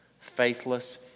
faithless